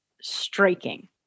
striking